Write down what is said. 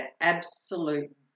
absolute